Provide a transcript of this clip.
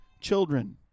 children